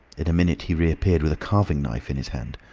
in a minute he reappeared with a carving-knife in his hand.